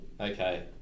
Okay